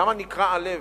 כמה נקרע הלב,